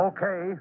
Okay